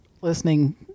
listening